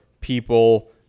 people